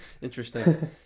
Interesting